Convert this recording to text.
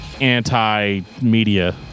anti-media